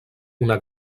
una